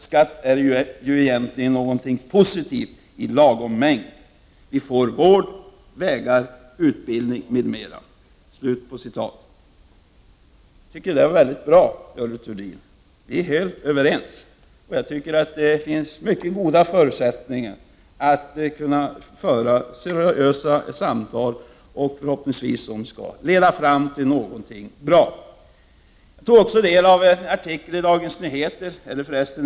Skatt är ju egentligen något positivt i lagom mängd. Vi får vård, vägar och utbildning m.m.” Jag tycker det var väldigt bra sagt, Görel Thurdin — vi är helt överens. Det finns mycket goda förutsättningar att föra seriösa samtal, som förhoppningsvis leder fram till någonting bra. Jag tog också del av en artikel i Dagens Nyheter för några veckor sedan.